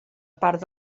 part